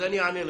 אז אני אענה לך.